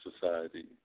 society